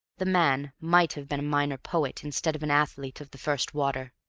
the man might have been a minor poet instead of an athlete of the first water.